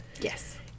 Yes